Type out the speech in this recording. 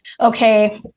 okay